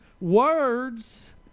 words